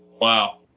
Wow